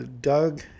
Doug